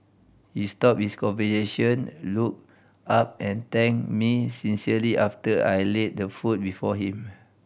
he stopped his conversation looked up and thanked me sincerely after I laid the food before him